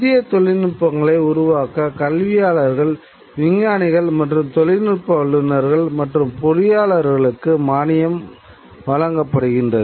புதிய தொழில்நுட்பங்களை உருவாக்க கல்வியாளர்கள் விஞ்ஞானிகள் மற்றும் தொழில்நுட்ப வல்லுநர்கள் மற்றும் பொறியாளர்களுக்கு மானியங்கள் வழங்கப்படுகிறது